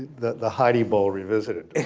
the the heidi bowl revisited.